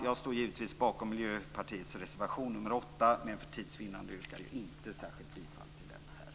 Jag står givetvis bakom Miljöpartiets reservation nr 8, men för tids vinnande yrkar jag inte särskilt bifall till den.